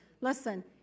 Listen